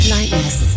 Lightness